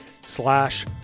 slash